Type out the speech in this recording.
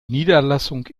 niederlassung